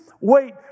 wait